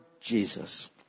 Jesus